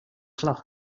cloth